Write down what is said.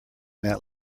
that